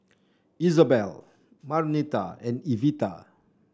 Izabelle Marnita and Evita